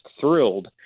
thrilled